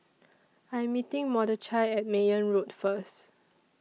I Am meeting Mordechai At Mayne Road First